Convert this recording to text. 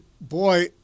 boy